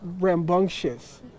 rambunctious